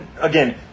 Again